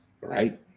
Right